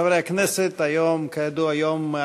חברי הכנסת, היום, כידוע,